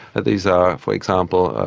ah these are, for example,